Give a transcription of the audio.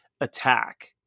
attack